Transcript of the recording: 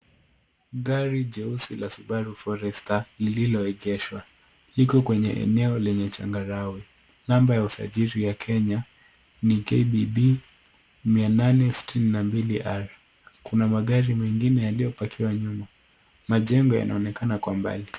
Gari jeusi la subaru forester, lililoegeshwa. Liko kwenye eneo lenye changarawe. Namba ya usajili ya Kenya ni KBB 862 R. Kuna magari mengine yaliyopakiwa nyuma. Majengo yanaonekana kwa mbali.